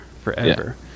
forever